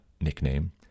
nickname